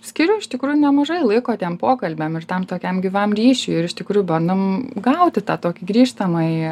skiriu iš tikrųjų nemažai laiko tiem pokalbiam ir tam tokiam gyvam ryšiui ir iš tikrųjų bandom gauti tą tokį grįžtamąjį